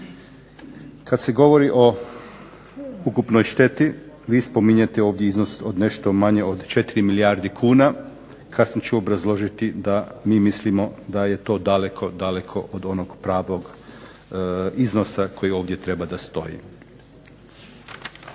Kad se govori o ukupnoj šteti vi spominjete ovdje iznos od nešto manje od 4 milijardi kuna. Kasnije ću obrazložiti da mi mislimo da je to daleko, daleko od onog pravog iznosa koji ovdje treba da stoji.